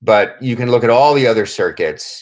but you can look at all the other circuits